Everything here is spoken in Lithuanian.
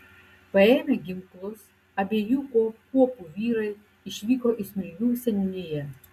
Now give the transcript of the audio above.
paėmę ginklus abiejų kuopų vyrai išvyko į smilgių seniūniją